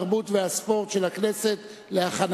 התרבות והספורט נתקבלה.